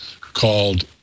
called